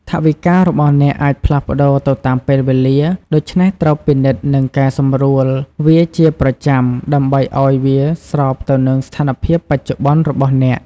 ថវិការបស់អ្នកអាចផ្លាស់ប្តូរទៅតាមពេលវេលា ដូច្នេះត្រូវពិនិត្យ និងកែសម្រួលវាជាប្រចាំ ដើម្បីឱ្យវាស្របទៅនឹងស្ថានភាពបច្ចុប្បន្នរបស់អ្នក។